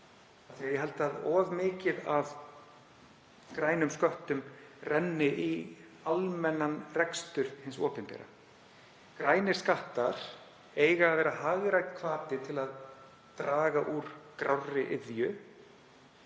að ég held að of mikið af grænum sköttum renni í almennan rekstur hins opinbera. Grænir skattar eiga að vera hagrænn hvati til að draga úr grárri iðju